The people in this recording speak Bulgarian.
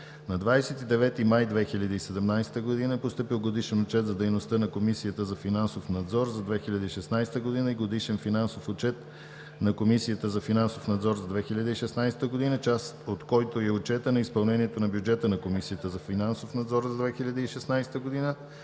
На 29 май 2017 г. е постъпил Годишен отчет за дейността на Комисията за финансов надзор за 2016 г. и Годишен финансов отчет на Комисията за финансов надзор за 2016 г., част от който е и Отчетът за изпълнението на бюджета на Комисията за финансов надзор за 2016 г.